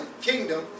kingdom